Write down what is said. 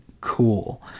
Cool